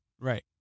Right